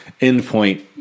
endpoint